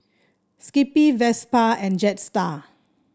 Skippy Vespa and Jetstar